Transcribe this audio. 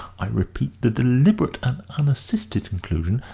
i repeat, the deliberate and unassisted conclusion,